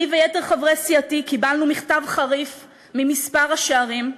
אני ויתר חברי סיעתי קיבלנו מכתב חריף מכמה ראשי ערים,